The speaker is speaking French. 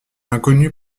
inconnu